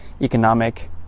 economic